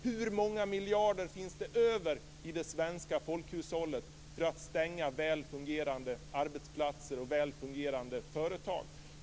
Hur många miljarder finns det över i det svenska folkhushållet för att kunna stänga välfungerande arbetsplatser och företag?